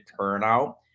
turnout